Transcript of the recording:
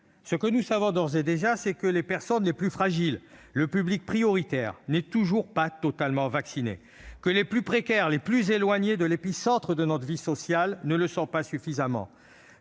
Ce que nous savons d'ores et déjà, c'est que les personnes les plus fragiles, le public prioritaire, ne sont toujours pas totalement vaccinées et que les plus précaires, les plus éloignés de l'épicentre de notre vie sociale, ne le sont pas suffisamment,